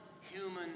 human